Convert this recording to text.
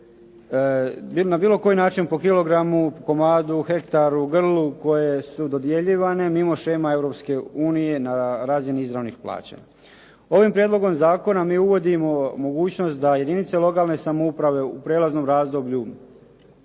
na bilo koji način po kilogramu, po komadu, hektaru, grlu koje su dodjeljivanje mimo šema Europske unije na razini izravnih plaćanja. Ovim prijedlogom zakona mi uvodimo mogućnost da jedinice lokalne samouprave u prijelaznom razdoblju